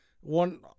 one